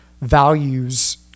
values